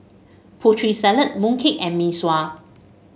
Putri Salad mooncake and Mee Sua